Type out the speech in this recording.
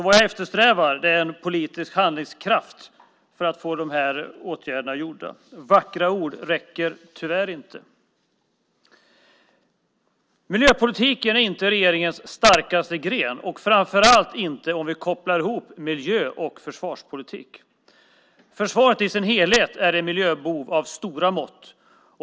Vad jag efterlyser är en politisk handlingskraft för att få de här åtgärderna vidtagna. Vackra ord räcker tyvärr inte. Miljöpolitiken är inte regeringens starkaste gren, framför allt inte om vi kopplar ihop miljö och försvarspolitik. Försvaret i sin helhet är en miljöbov av stora mått.